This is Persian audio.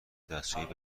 دستیابی